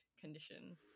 condition